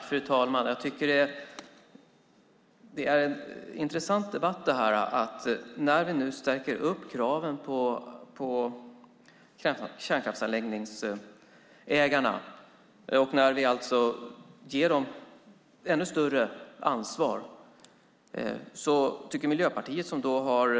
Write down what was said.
Fru talman! Jag tycker att det är en intressant debatt. När vi skärper kraven på ägarna av kärnkraftsanläggningar och när vi ger dem ännu större ansvar tycker Miljöpartiet att det är märkligt.